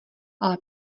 ale